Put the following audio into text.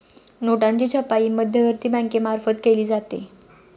नोटांची छपाई मध्यवर्ती बँकेमार्फत केली जाते